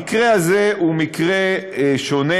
המקרה הזה הוא מקרה שונה.